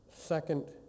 second